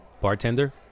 Bartender